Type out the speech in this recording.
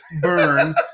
burn